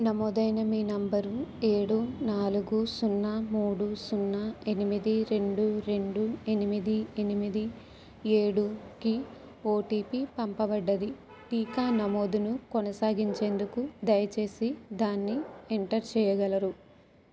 నమోదైన మీ నంబరు ఏడు నాలుగు సున్నా మూడు సున్నా ఎనిమిది రెండు రెండు ఎనిమిది ఎనిమిది ఏడు కి ఓటీపీ పంపబడ్డది టీకా నమోదును కొనసాగించేందుకు దయచేసి దాన్ని ఎంటర్ చేయగలరు